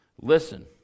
listen